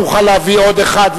תוכל להביא עוד אחד,